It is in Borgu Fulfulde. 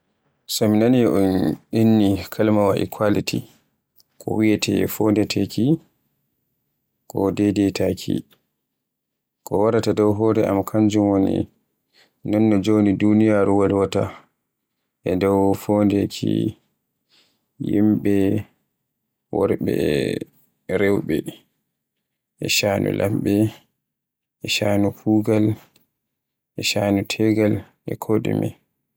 So mi nani un inni kalimaawa "equality" ko wiyeete fondeteki, ko deydytaaki, ko waraata dow hore am kanjum woni non no joni duniyaaru wolwaata e dow fondeke yimɓe worɓe e rewɓe a shannu lamɓe, e shanu kuugal e shaanu tegal e ko ɗume.